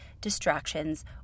distractions